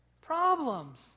problems